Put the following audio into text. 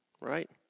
right